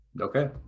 Okay